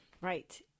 Right